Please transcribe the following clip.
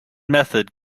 method